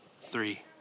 three